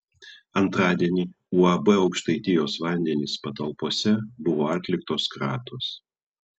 antradienį uab aukštaitijos vandenys patalpose buvo atliktos kratos